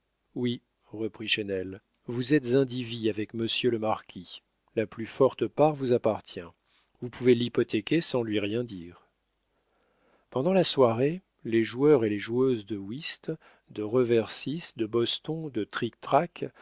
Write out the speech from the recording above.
oui reprit chesnel vous êtes indivis avec monsieur le marquis la plus forte part vous appartient vous pouvez l'hypothéquer sans lui rien dire pendant la soirée les joueurs et les joueuses de whist de reversis de boston de trictrac